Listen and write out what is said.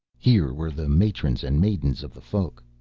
here were the matrons and maidens of the folk,